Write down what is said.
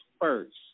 first